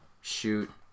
shoot